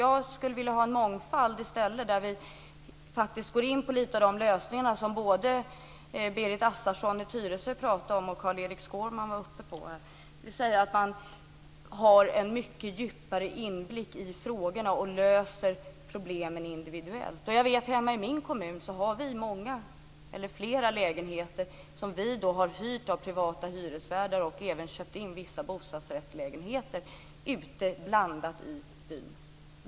Jag skulle i stället vilja ha en mångfald där vi får in lite av de lösningar som Berit Assarsson i Tyresö pratar om och som också Carl-Erik Skårman var inne på, nämligen att man har en mycket djupare inblick i frågorna och löser problemen individuellt. Hemma i min kommun har vi flera lägenheter som vi har hyrt av privata hyresvärdar. Vi har även köpt in vissa bostadsrättslägenheter. Detta har vi blandat ute i byn.